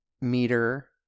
meter